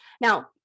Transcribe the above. Now